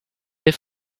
they